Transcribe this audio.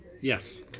Yes